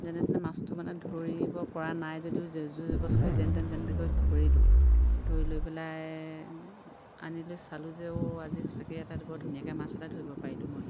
যেনে তেনে মাছটো মানে ধৰিব পৰা নাই যদিও যে জোৰ জবচ কৰি যেন তেন যেনতেন কৰি ধৰিলোঁ ধৰি লৈ পেলাই আনি লৈ চালোঁ যে অ' আজি সঁচাকৈ এটা বৰ ধুনীয়াকৈ মাছ এটা ধৰিব পাৰিলোঁ মই